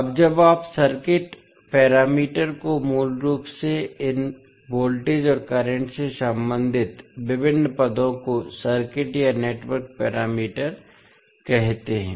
अब जब आप सर्किट पैरामीटर को मूल रूप से इन वोल्टेज और करंट से संबंधित विभिन्न पदों को सर्किट या नेटवर्क पैरामीटर कहते हैं